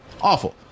awful